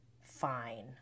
fine